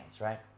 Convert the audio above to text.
right